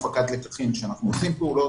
שלא עשינו הפקת לקחים ושאנחנו לא עושים פעולות,